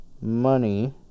money